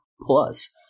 Plus